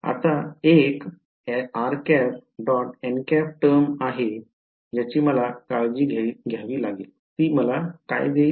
आता एक टर्म आहे ज्याची मला काळजी घ्यावी लागेल ती मला देईल